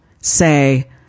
say